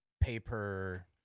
paper